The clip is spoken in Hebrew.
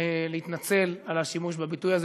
להתנצל על השימוש בביטוי הזה.